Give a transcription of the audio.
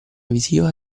visiva